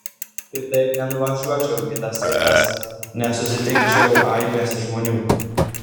kitaip nenuvažiuočiau į tas vietas nesusitikčiau aibės žmonių